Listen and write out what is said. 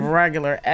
regular